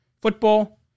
Football